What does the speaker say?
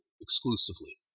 exclusively